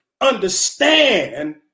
understand